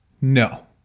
no